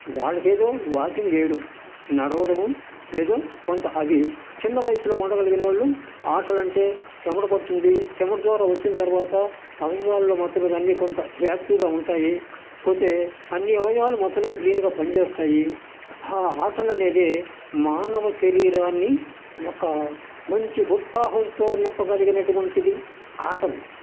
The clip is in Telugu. వాళ్లకు ఏదో వాకింగ్ చేయడం నడవడము ఏదో కొంత అది చిన్న వయసులో ఉండగలిగిన వాళ్ళు ఆటలు అంటే చెమట పడుతుంది చెమట ద్వారా వచ్చిన తర్వాత అవయవాల్లో మొత్తం మీద అన్ని కొంత యాక్టివ్గా ఉంటాయి పోతే అన్ని అవయవాలు మొత్తం మీద క్లీన్గా పని చేస్తాయి ఆ ఆటలు అనేది మానవ శరీరాన్ని ఒక మంచి ఉత్సాహంతో నింపగలిగినటువంటిది ఆటలు